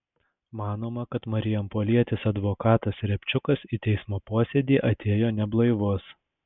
manoma kad marijampolietis advokatas riabčiukas į teismo posėdį atėjo neblaivus